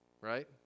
Right